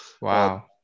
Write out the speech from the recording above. Wow